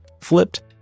flipped